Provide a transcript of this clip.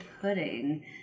pudding